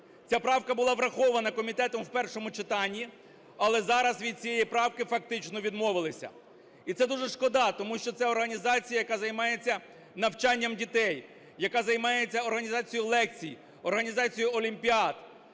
Ця правка була врахована комітетом в першому читанні. Але зараз від цієї правки фактично відмовилися. І це дуже шкода. Тому що це організація, яка займається навчанням дітей, яка займається організацією лекцій, організацією олімпіад.